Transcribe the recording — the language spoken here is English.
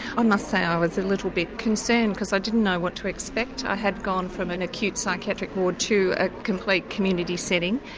i must say i ah was a little bit concerned because i didn't know what to expect, i had gone from an acute psychiatric ward to a complete community setting,